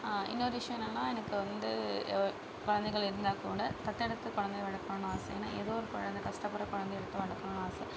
இன்னொரு விஷயம் என்னென்னா எனக்கு வந்து குழந்தைகள் இருந்தால் கூட தத்தெடுத்து குழந்தைய வளர்க்கணும்னு ஆசை ஏன்னா ஏதோ ஒரு கொழந்தை கஷ்டப்படுகிற குழந்தைய எடுத்து வளர்க்கணும்னு ஆசை